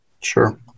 Sure